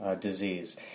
disease